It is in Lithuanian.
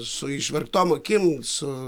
su išverktom akim su